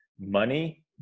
Money